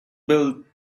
build